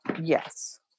yes